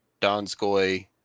Donskoy